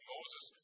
Moses